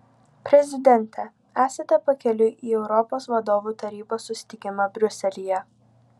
prezidente esate pakeliui į europos vadovų tarybos susitikimą briuselyje